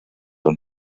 und